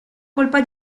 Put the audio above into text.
colpa